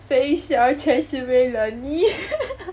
Sheng-Siong 全是为了你